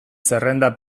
zerrenda